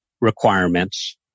requirements